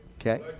Okay